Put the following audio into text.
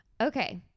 Okay